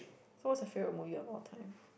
so what's your favourite movie of all time